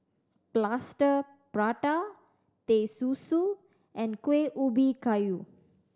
Plaster Prata Teh Susu and Kueh Ubi Kayu